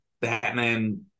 Batman